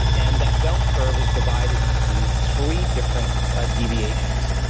and that bell curve is divided into three different ah deviations.